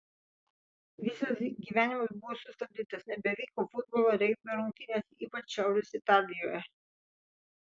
visas gyvenimas buvo sustabdytas nebevyko futbolo regbio rungtynės ypač šiaurės italijoje